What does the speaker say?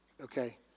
okay